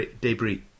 debris